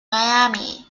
miami